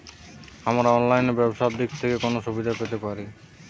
আমরা অনলাইনে ব্যবসার দিক থেকে কোন সুবিধা পেতে পারি?